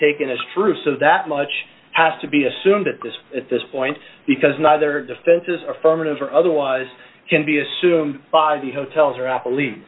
taken as true so that much has to be assumed at this at this point because neither defenses affirmative or otherwise can be assumed by the hotels rapidly